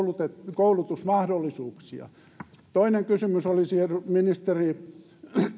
koulutusmahdollisuuksia toinen kysymys olisi ministeri